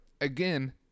again